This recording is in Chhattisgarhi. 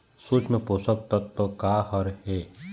सूक्ष्म पोषक तत्व का हर हे?